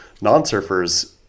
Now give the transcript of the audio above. non-surfers